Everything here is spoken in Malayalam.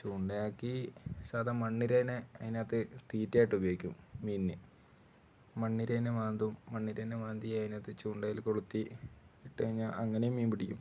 ചൂണ്ട ആക്കി സാധാ മണ്ണിരേനെ അതിനകത്ത് തീറ്റ ആയിട്ട് ഉപയോഗിക്കും മീനിന് മണ്ണിരേനെ മാന്തും മണ്ണിരേനെ മാന്തി അതിനകത്ത് ചൂണ്ടയിൽ കൊളുത്തി ഇട്ട് കഴിഞ്ഞാൽ അങ്ങനേയും മീൻ പിടിക്കും